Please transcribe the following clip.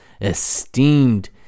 esteemed